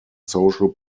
social